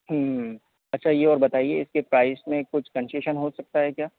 अच्छा ये और बताइए इसके प्राइस में कुछ कन्सेशन हो सकता है क्या